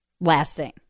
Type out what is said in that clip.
lasting